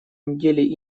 недели